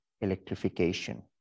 electrification